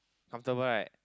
comfortable right